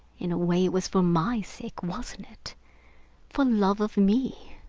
in a way it was for my sake, wasn't it for love of me?